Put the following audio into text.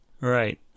Right